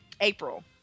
April